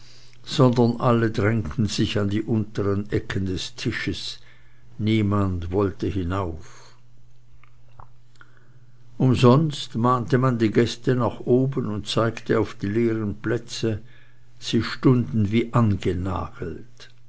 sondern alle drängten sich an die untern ecken des tisches niemand wollte hinauf umsonst mahnte man die gäste nach oben und zeigte auf die leeren plätze sie stunden unten wie angenagelt